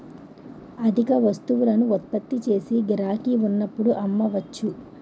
అధిక వస్తువులను ఉత్పత్తి చేసి గిరాకీ ఉన్నప్పుడు అమ్మవచ్చు